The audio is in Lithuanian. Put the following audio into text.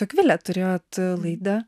akvilė turėjot kad laidą